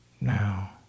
now